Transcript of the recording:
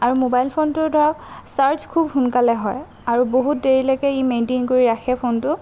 আৰু ম'বাইল ফোনটোৰ ধৰক চাৰ্জ খুব সোনকালে হয় আৰু বহুত দেৰিলৈকে ই মেইন্টেইন কৰি ৰাখে ফোনটো